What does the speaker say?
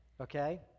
okay